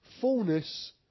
fullness